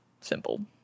simple